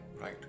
right